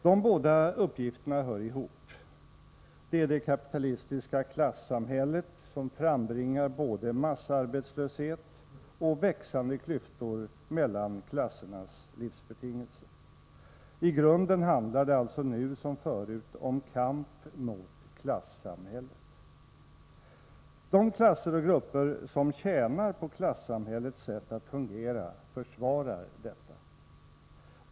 De båda uppgifterna hör ihop. Det är det kapitalistiska klassamhället som frambringar både massarbetslöshet och växande klyftor mellan klassernas livsbetingelser. I grunden handlar det alltså nu som förut om kamp mot klassamhället. De klasser och grupper som tjänar på klassamhällets sätt att fungera försvarar detta.